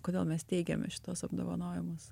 kodėl mes teigiame šitos apdovanojimas